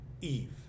Eve